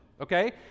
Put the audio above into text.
okay